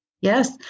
Yes